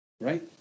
right